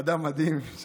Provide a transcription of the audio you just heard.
אדם מדהים.